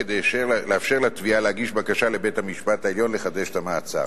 כדי לאפשר לתביעה להגיש בקשה לבית-המשפט העליון לחדש את המעצר.